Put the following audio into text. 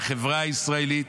לחברה הישראלית,